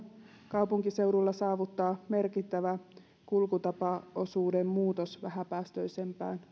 kaupunkiseuduilla saavuttaa merkittävä kulkutapaosuuden muutos vähäpäästöisempään